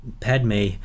Padme